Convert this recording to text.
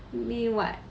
may what